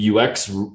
UX